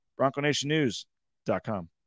bronconationnews.com